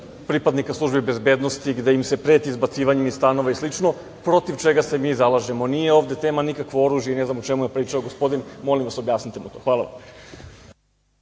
pripadnika službi bezbednosti, gde im se preti izbacivanjem iz stanova i slično, protiv čega se mi zalažemo. Nije ovde tema nikakvo oružje i ne znam o čemu je pričao gospodin. Molim vas, objasnite mu to. **Marina